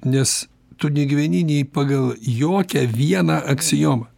nes tu negyveni nei pagal jokią vieną aksiomą